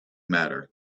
matter